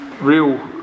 Real